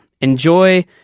enjoy